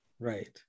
Right